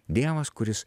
dievas kuris